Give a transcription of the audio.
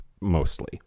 mostly